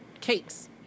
cakes